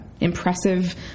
impressive